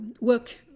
work